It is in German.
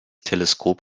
teleskop